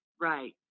right